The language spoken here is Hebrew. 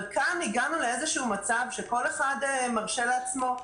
אבל כאן הגענו למצב שכל אחד מרשה לעצמו,